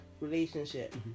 relationship